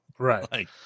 Right